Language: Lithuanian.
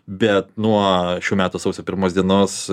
bet nuo šių metų sausio pirmos dienos